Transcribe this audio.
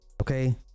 okay